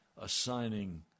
assigning